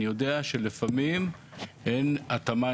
אני יודע שלפעמים אין התאמה,